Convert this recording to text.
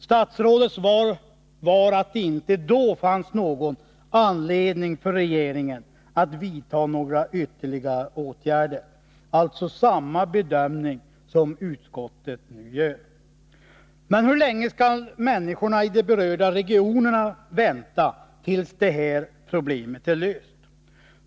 Statsrådets svar var att det inte då fanns någon anledning för regeringen att vidta några ytterligare åtgärder. Hon gjorde alltså då samma bedömning som utskottet nu gör. Men hur länge skall människorna i de berörda regionerna vänta innan det här problemet är löst?